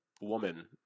woman